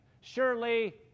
Surely